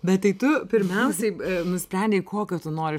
bet tai tu pirmiausiai nusprendei kokio tu nori